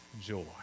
joy